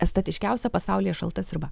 estetiškiausia pasaulyje šalta sriuba